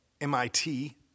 MIT